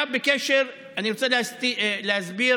אני רוצה להסביר